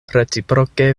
reciproke